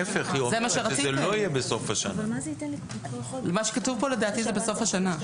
מה שכתוב פה לדעתי זה בסוף השנה.